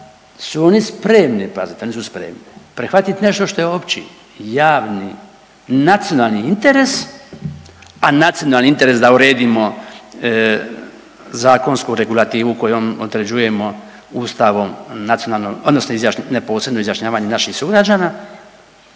su oni spremni, pazite oni su spremni, prihvat nešto što je opći, javni i nacionalni interes, a nacionalni interes je da uredimo zakonsku regulativu kojom uređujemo ustavom nacionalno odnosno izjašnja…, neposredno izjašnjavanje naših sugrađana,